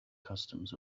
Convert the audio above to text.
customs